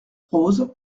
rose